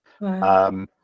Wow